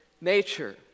nature